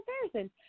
comparison